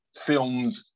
filmed